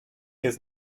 his